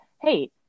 Hey